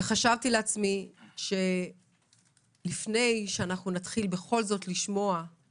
חשבתי לעצמי שלפני שנתחיל לשמוע על